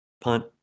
punt